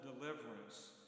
deliverance